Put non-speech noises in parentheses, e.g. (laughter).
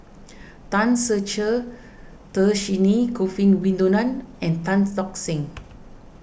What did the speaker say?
Tan Ser Cher Dhershini Govin (unintelligible) and Tan Tock Seng